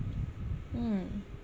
mm